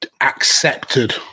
accepted